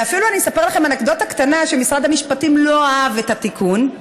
ואפילו אספר לכם אנקדוטה קטנה: משרד המשפטים לא אהב את התיקון.